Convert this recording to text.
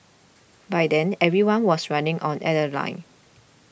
by then everyone was running on adrenaline